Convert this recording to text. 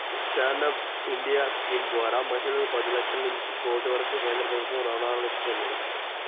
stand up India scheme ద్వారా మహిళలకు పది లక్షల నుంచి కోటి వరకు కేంద్ర ప్రభుత్వం రుణాలను ఇస్తున్నది